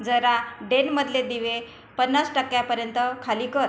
जरा डेनमधले दिवे पन्नास टक्क्यापर्यंत खाली कर